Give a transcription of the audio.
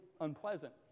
unpleasant